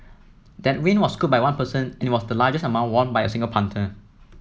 that win was scooped by one person and it was the largest amount won by a single punter